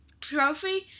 trophy